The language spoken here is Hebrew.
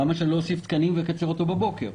למה לא אוסיף תקנים ואקצר אותו בבוקר?